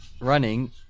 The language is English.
running